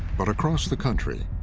but across the country,